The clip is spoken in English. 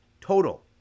total